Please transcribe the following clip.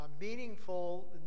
meaningful